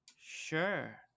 Sure